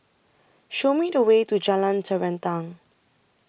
Show Me The Way to Jalan Terentang